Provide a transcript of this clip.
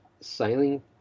sailing